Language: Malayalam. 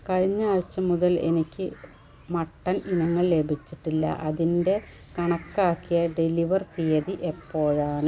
കഴിഞ്ഞ ആഴ്ച മുതൽ എനിക്ക് മട്ടൻ ഇനങ്ങൾ ലഭിച്ചിട്ടില്ല അതിൻ്റെ കണക്കാക്കിയ ഡെലിവർ തീയതി എപ്പോഴാണ്